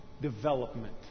development